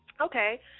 Okay